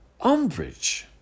Umbridge